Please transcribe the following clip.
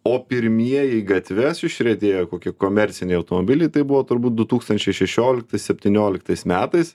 o pirmieji į gatves išriedėjo kokie komerciniai automobiliai tai buvo turbūt du tūkstančiai šešioliktais septynioliktais metais